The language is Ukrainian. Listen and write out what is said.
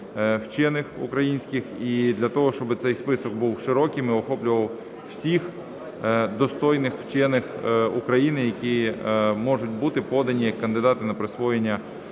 вчених українських і для того, щоб цей список був широким і охоплював всіх достойних вчених України, які можуть бути подані як кандидати на присвоєння